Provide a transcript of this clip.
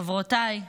חברותיי,